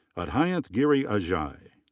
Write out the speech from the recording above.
adhyanth giri ajay.